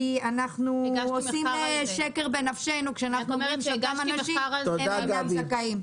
אנחנו עושים שקר בנפשנו כאשר אנחנו אומרים שאנשים אינם זכאים.